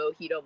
Mojito